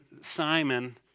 Simon